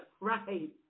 Right